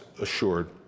assured